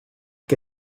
que